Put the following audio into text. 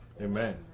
Amen